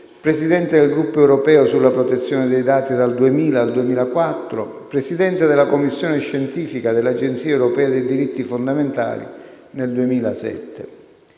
presidente del Gruppo europeo sulla protezione dei dati dal 2000 al 2004; presidente della commissione scientifica dell'Agenzia europea dei diritti fondamentali nel 2007.